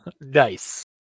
Nice